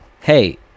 hey